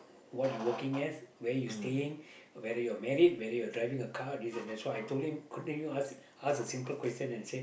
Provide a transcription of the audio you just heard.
what you working as where you staying whether you are married whether you are driving a car this and that that's why I told him could you ask ask a simple question and say